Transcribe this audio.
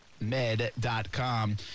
med.com